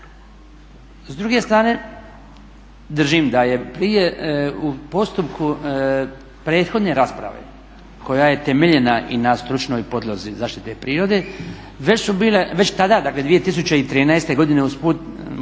S druge strane, držim da je prije u postupku prethodne rasprave koje je temeljena i na stručnoj podlozi zaštite prirode već tada, dakle 2013.godine bolje